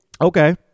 okay